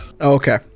Okay